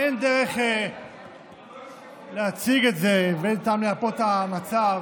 אין דרך אחרת להציג את זה ואין טעם לייפות את המצב.